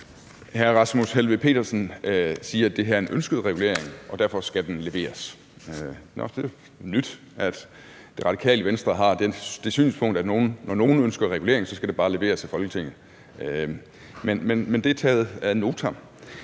Hr. Rasmus Helveg Petersen siger, at det her er en ønsket regulering, og derfor skal den leveres. Nå, det er da nyt, at Det Radikale Venstre har det synspunkt, at når nogen ønsker regulering, skal den bare leveres af Folketinget. Men det er taget ad notam.